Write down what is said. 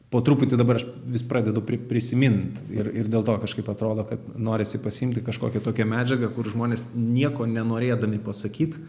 po truputį dabar aš vis pradedu pri prisimint ir ir dėl to kažkaip atrodo kad norisi pasiimti kažkokią tokią medžiagą kur žmonės nieko nenorėdami pasakyt